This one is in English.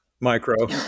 micro